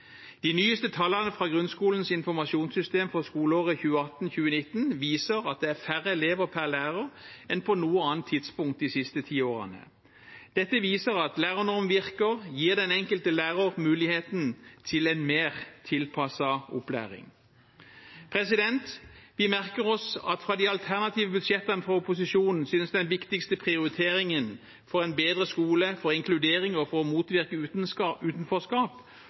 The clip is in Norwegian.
De nyeste tallene fra Grunnskolens Informasjonssystem for skoleåret 2018/2019 viser at det er færre elever per lærer enn på noe annet tidspunkt de siste ti årene. Dette viser at lærernorm virker og gir den enkelte lærer muligheten til en mer tilpasset opplæring. Vi merker oss at i de alternative budsjettene fra opposisjonen synes den viktigste prioriteringen for en bedre skole, for inkludering og for å motvirke utenforskap